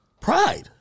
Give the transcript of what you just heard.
Pride